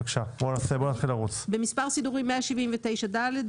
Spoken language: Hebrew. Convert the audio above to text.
במספר סידורי 179ד,